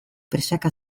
presaka